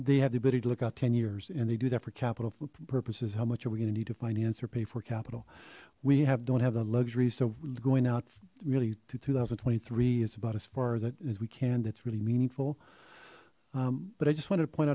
they have the ability to look out ten years and they do that for capital purposes how much are we going to need to finance or pay for capital we have don't have the luxury so going out really to two thousand and twenty three is about as far as we can that's really meaningful but i just wanted to point